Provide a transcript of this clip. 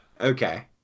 Okay